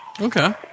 Okay